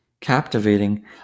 captivating